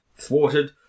Thwarted